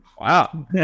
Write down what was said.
Wow